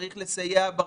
צריך לסייע בריחוק,